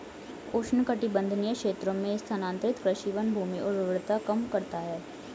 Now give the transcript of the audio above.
उष्णकटिबंधीय क्षेत्रों में स्थानांतरित कृषि वनभूमि उर्वरता कम करता है